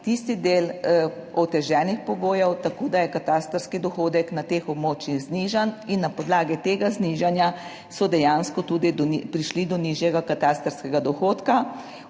tisti del oteženih pogojev, tako da je katastrski dohodek na teh območjih znižan in na podlagi tega znižanja so dejansko tudi prišli do nižjega katastrskega dohodka,